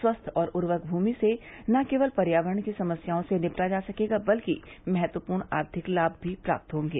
स्वस्थ और उर्वरक भूमि से न केवल पर्यावरण की समस्याओं से निपटा जा सकेगा बल्कि महत्वपूर्ण आर्थिक लाभ भी प्राप्त होंगे